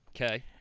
Okay